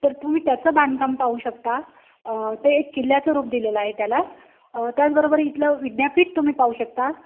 तर तुम्ही त्याचं बांधकाम पाहू शकता ते एक किल्ल्याचं रूप दिलेलं आहे त्याला त्याचबरोबर इथलं विद्यापीठ तुम्ही पाहू शकता